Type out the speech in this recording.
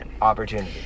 opportunity